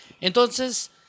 Entonces